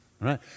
right